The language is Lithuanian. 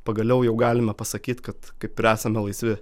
pagaliau jau galime pasakyt kad kaip ir esame laisvi